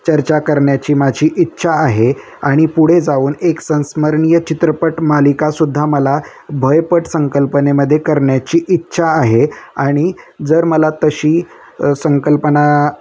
चर्चा करण्याची माझी इच्छा आहे आणि पुढे जाऊन एक संस्मरणीय चित्रपट मालिकासुद्धा मला भयपट संकल्पनेमध्ये करण्याची इच्छा आहे आणि जर मला तशी संकल्पना